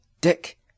Dick